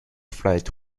flight